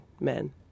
men